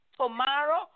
tomorrow